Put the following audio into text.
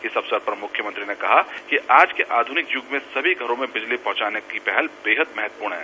इस अवसर पर मुख्यमंत्री ने कहा कि आज के आध्वनिक युग में सभी घरों में बिंजली पहंचाने की पहल बेहद महत्वपूर्ण है